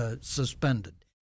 suspended